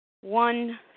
one